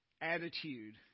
attitude